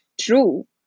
true